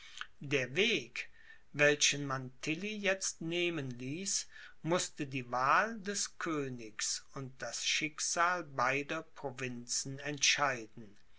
der weg welchen man tilly jetzt nehmen ließ mußte die wahl des königs und das schicksal beider provinzen entscheiden